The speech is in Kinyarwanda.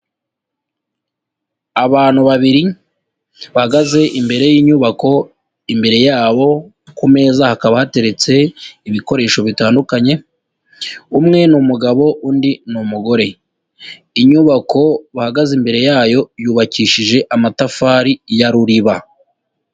Abantu babiri bahagaze imbere y'inyubako, imbere yabo kumeza hakaba hateretse ibikoresho bitandukanye, umwe ni umugabo undi n'umugore, inyubako bahagaze imbere yayo yubakishije amatafari ya ruriba.